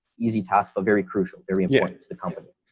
easy task, but very crucial, very important to the company.